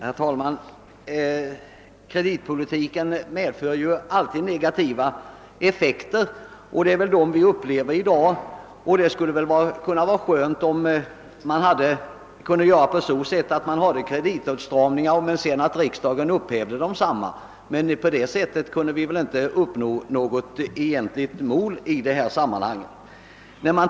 Herr talman! = Kreditrestriktioner medför alltid negativa effekter, och det är dem vi upplever i dag. Det vore naturligtvis skönt om riksdagen genom olika åtgärder kunde upphäva verkningarna av kreditpolitiken, men då skulle man naturligtvis inte heller uppnå syftet med denna politik.